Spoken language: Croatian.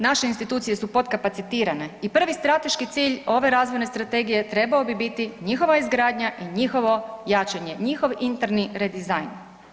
Naše institucije su podkapacitirane i prvi strateški cilj ove razvojne strategije trebao bi biti njihova izgradnja i njihovo jačanje, njihov interni redizajn.